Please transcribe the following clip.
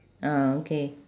ah okay